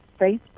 Facebook